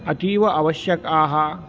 अतीव आवश्यकाः